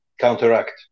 Counteract